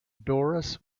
doris